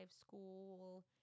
school